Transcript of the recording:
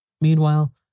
Meanwhile